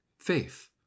faith